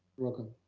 welcome.